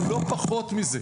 לא פחות מזה.